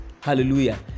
hallelujah